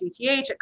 DTH